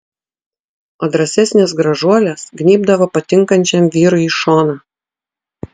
o drąsesnės gražuolės gnybdavo patinkančiam vyrui į šoną